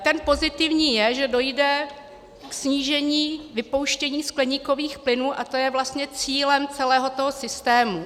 Ten pozitivní je, že dojde k snížení vypouštění skleníkových plynů, a to je vlastně cílem celého toho systému.